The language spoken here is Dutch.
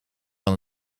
van